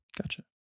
Gotcha